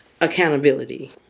accountability